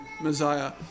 Messiah